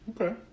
Okay